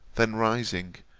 then rising,